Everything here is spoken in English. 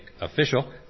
official